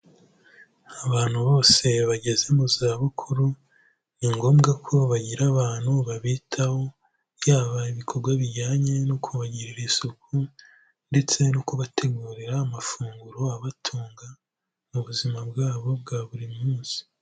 Abantu bose bageze mu za bukuru ni ngombwa ko bagira abantu babitaho, yaba ibikorwa bijyanye no kubagirira isuku ndetse no kubategurira amafunguro abatunga mu buzima bwabo bwa buri munsi.